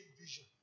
vision